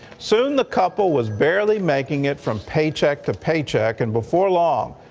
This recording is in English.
soon the couple was barely making it from paycheck to paycheck. and before long,